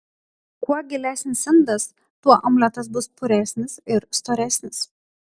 kuo gilesnis indas tuo omletas bus puresnis ir storesnis